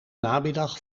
namiddag